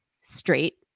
straight